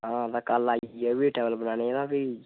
हां कल आई जाएयो टेबल बनाने ते फ्ही